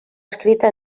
escrita